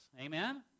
amen